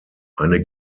eine